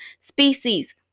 species